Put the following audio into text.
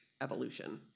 evolution